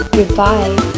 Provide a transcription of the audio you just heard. Goodbye